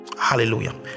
Hallelujah